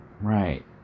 Right